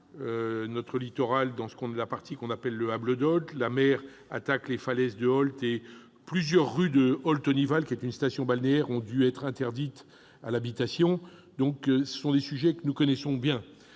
notre littoral dans la partie que l'on appelle « le hâble de Ault »: la mer attaque les falaises de Ault et plusieurs rues de Ault-Onival, qui est une station balnéaire, ont dû être interdites à l'habitation. Ce sont donc des sujets que nous connaissons bien.